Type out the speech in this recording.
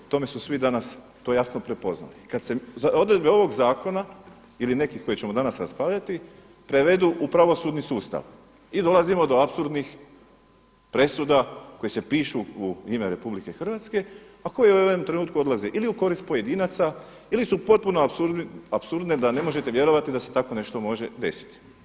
Tome su svi danas to jasno prepoznali, kada se odredbe ovog zakona ili nekih koje ćemo danas raspravljati prevedu u pravosudni sustav i dolazimo do apsurdnih presuda koje se pišu u ime RH, a koje u ovom trenutku odlaze ili u korist pojedinaca ili su potpuno apsurdne da ne možete vjerovati da se tako nešto može desiti.